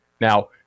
Now